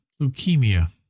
leukemia